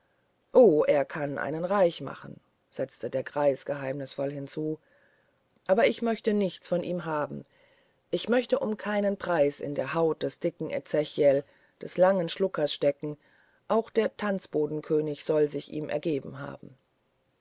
oh er kann einen reich machen setzte der greis geheimnisvoll hinzu aber ich möchte nichts von ihm haben ich möchte um keinen preis in der haut des dicken ezechiel und des langes schlurkers stecken auch der tanzbodenkönig soll sich ihm ergeben haben